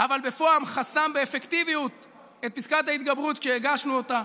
אבל בפועל חסם באפקטיביות את פסקת ההתגברות כשהגשנו אותה,